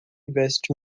veste